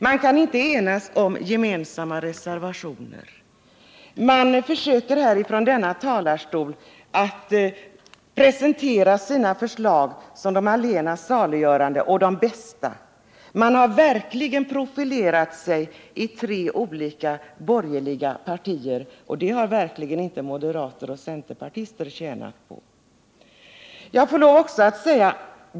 Man kan inte enas om gemensamma reservationer utan försöker från denna talarstol presentera sina förslag som de bästa och allena saliggörande. Man har verkligen profilerat sig i tre olika borgerliga partier, och det har sannerligen inte moderater och centerpartister tjänat på.